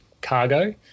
cargo